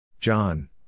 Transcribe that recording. John